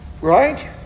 Right